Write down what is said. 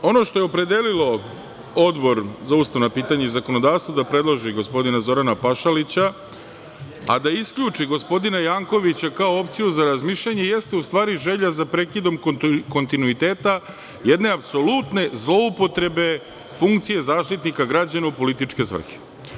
Ono što je opredelilo Odbor za ustavna pitanja i zakonodavstvo da predloži gospodina Zorana Pašalića, a da isključi gospodina Jankovića kao opciju za razmišljanje jeste u stvari želja za prekidom kontinuiteta jedne apsolutne zloupotrebe funkcije Zaštitnika građana u političke svrhe.